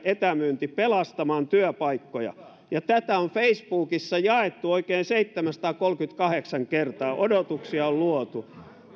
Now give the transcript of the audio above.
etämyynti pelastamaan työpaikkoja tätä on facebookissa jaettu oikein seitsemänsataakolmekymmentäkahdeksan kertaa odotuksia on luotu